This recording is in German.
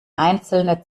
einzelne